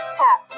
tap